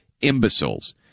imbeciles